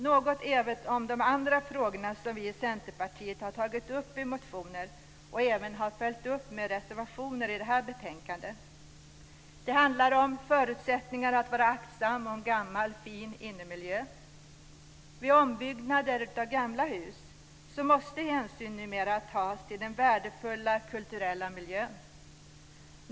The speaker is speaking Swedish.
Jag ska även säga något om de andra frågor som vi i Centerpartiet har tagit upp i motioner och även har följt upp med reservationer i detta betänkandet. Det handlar om förutsättningarna för att vara aktsam om gammal fin innemiljö. Vi ombyggnader av gamla hus måste hänsyn numera tas till den värdefulla kulturella miljön.